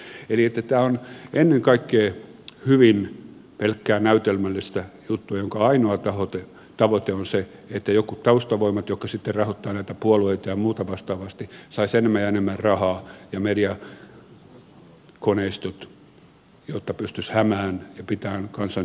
eli tämä on ennen kaikkea pelkkää näytelmällistä juttua jonka ainoa tavoite on se että jotkut taustavoimat jotka sitten rahoittavat näitä puolueita ja muuta vastaavasti ja mediakoneistot saisivat enemmän ja enemmän rahaa jotta pystyisivät hämäämään ja pitämään kansan tyytyväisenä